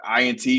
INT